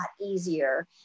easier